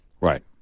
Right